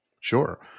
Sure